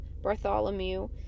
Bartholomew